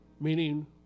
meaning